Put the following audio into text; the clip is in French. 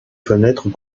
fenêtres